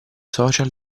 social